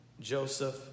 Joseph